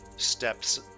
steps